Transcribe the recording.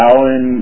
Alan